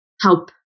help